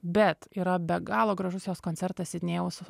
bet yra be galo gražus jos koncertas sidnėjaus